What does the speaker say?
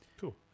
Cool